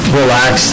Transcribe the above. relax